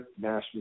national